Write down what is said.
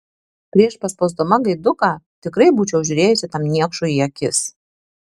prieš paspausdama gaiduką tikrai būčiau žiūrėjusi tam niekšui į akis